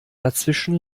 dazwischen